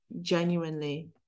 genuinely